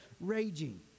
raging